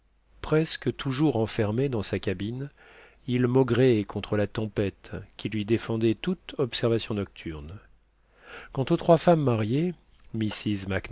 presque toujours enfermé dans sa cabine il maugréait contre la tempête qui lui défendait toute observation nocturne quant aux trois femmes mariées